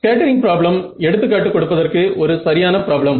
scattering problem எடுத்துக்காட்டு கொடுப்பதற்கு ஒரு சரியான ப்ராப்ளம்